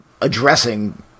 addressing